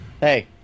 Hey